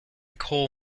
coal